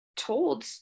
told